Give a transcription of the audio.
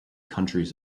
countries